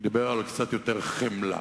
שדיבר על קצת יותר חמלה,